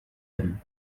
him